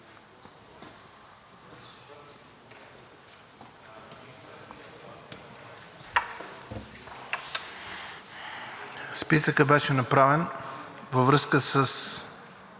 Списъкът беше направен във връзка с